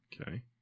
Okay